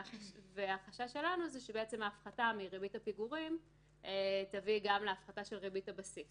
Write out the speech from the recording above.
החשש שלנו שההפחתה מריבית הפיגורים תביא גם להפחתה של ריבית הבסיס